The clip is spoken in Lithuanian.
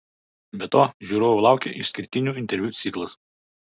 be to žiūrovų laukia išskirtinių interviu ciklas